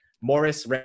Morris